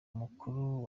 mukuru